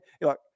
look